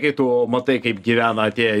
kai tu matai kaip gyvena tie